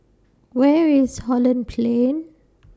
Where IS Holland Plain